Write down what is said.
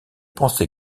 pensé